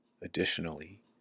Additionally